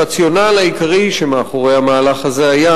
הרציונל העיקרי שמאחורי המהלך הזה היה